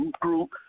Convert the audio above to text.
group